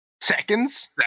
Seconds